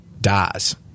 dies